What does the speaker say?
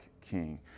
king